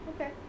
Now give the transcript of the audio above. okay